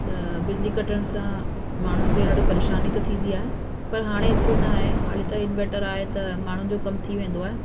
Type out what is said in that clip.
त बिजली कटण सां माण्हुनि खे ॾाढो परेशानी त थींदी आहे पर हाणे हेतिरो न आहे हाली त इंवर्टर आहे त माण्हुनि जो कमु थी वेंदो आहे